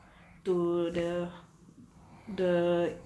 to the the